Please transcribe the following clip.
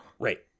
Right